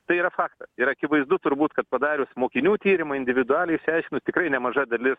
tai yra faktas ir akivaizdu turbūt kad padarius mokinių tyrimą individualiai išsiaiškinus tikrai nemaža dalis